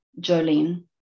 Jolene